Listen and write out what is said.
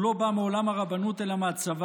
הוא לא בא מעולם הרבנות אלא מהצבא,